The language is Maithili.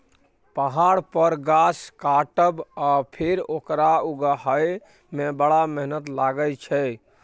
पहाड़ पर गाछ काटब आ फेर ओकरा उगहय मे बड़ मेहनत लागय छै